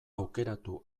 aukeratu